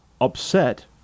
upset